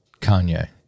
Kanye